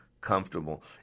comfortable